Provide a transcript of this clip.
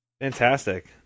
fantastic